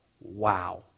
wow